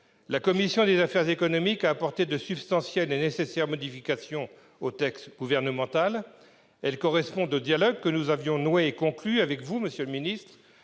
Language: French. La commission des affaires économiques a apporté de substantielles et nécessaires modifications au texte gouvernemental. Celles-ci correspondent aux fruits du dialogue que nous avions noué et conclu avec vous, monsieur le ministre.